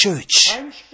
church